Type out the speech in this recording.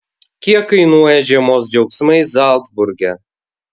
kiek kainuoja žiemos džiaugsmai zalcburge